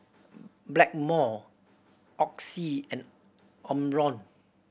Blackmore Oxy and Omron